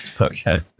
Okay